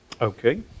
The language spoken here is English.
Okay